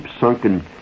sunken